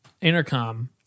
intercom